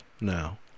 now